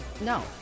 No